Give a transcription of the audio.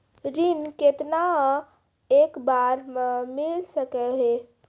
ऋण केतना एक बार मैं मिल सके हेय?